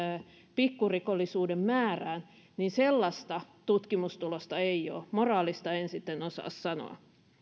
pikkurikollisuuden määrään sellaista tutkimustulosta ei ole moraalista en sitten osaa sanoa